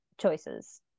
choices